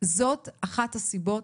זאת אחת הסיבות